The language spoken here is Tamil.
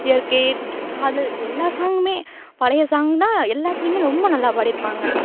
இயற்கை காதல் எல்லா சாங்மே பழையை சாங் தான் எல்லாத்துலேயுமே ரொம்ப நல்லா பாடிருப்பாங்க